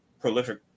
prolific